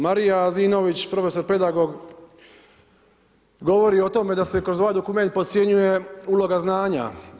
Marija Azinović, prof. pedagog, govori o tome da se kroz ovaj dokument podcjenjuje uloga znanja.